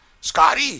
Scotty